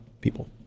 people